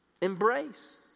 embrace